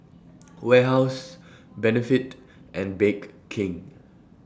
Warehouse Benefit and Bake King